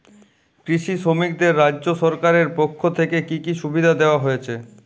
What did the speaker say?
কৃষি শ্রমিকদের রাজ্য সরকারের পক্ষ থেকে কি কি সুবিধা দেওয়া হয়েছে?